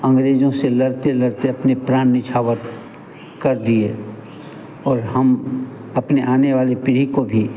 अंग्रेज़ों से लड़ते लड़ते अपने प्राण निझावर कर दिए और हम अपने आने वाली पीढ़ी को भी